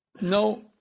No